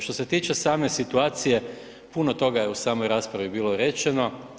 Što se tiče same situacije puno toga je u samoj raspravi bilo rečeno.